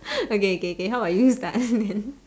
okay okay okay how about you start then